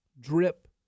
drip